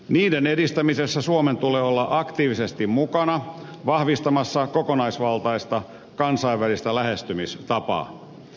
niiden edistämisessä suomen tulee olla aktiivisesti mukana vahvistamassa kokonaisvaltaista kansainvälistä lähestymistapaa